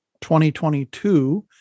2022